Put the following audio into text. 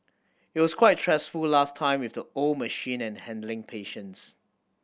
it was quite stressful last time with the old machine and handling patients